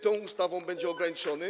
Tą ustawą będzie on ograniczony.